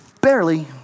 Barely